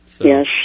Yes